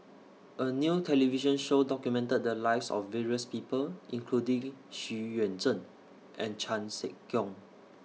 A New television Show documented The Lives of various People including Xu Yuan Zhen and Chan Sek Keong